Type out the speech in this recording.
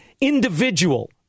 individual